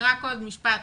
רק עוד משפט.